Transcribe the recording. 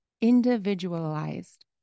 individualized